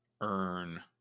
earn